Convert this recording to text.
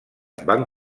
van